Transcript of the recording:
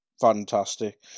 fantastic